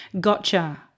Gotcha